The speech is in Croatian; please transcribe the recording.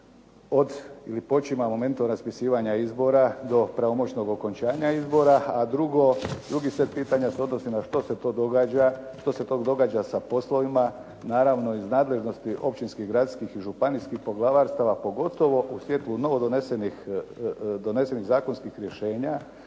od ili počima momentom raspisivanja izbora do pravomoćnog okončanja izbora. A drugo, drugi set pitanja se odnosi na što se to događa sa poslovima naravno iz nadležnosti općinskih, gradskih i županijskih poglavarstava pogotovo u svjetlu novo donesenih zakonskih rješenja